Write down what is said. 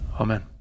Amen